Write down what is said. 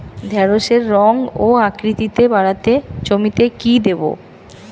ঢেঁড়সের রং ও আকৃতিতে বাড়াতে জমিতে কি দেবো?